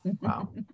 Wow